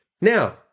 Now